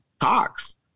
talks